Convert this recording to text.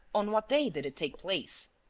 on what day did it take place?